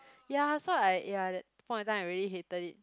ya so like ya that point of time I really hated it